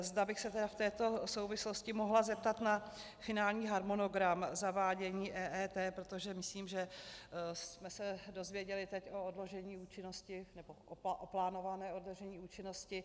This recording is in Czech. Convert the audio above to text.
Zda bych se tedy v této souvislosti mohla zeptat na finální harmonogram zavádění EET, protože myslím, že jsme se dozvěděli teď o odložení účinnosti nebo o plánovaném odložení účinnosti.